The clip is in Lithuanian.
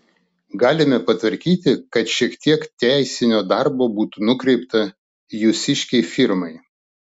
galime patvarkyti kad šiek tiek teisinio darbo būtų nukreipta jūsiškei firmai